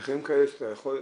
נותנים מחירים כאלה שאתה יכול,